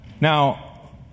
Now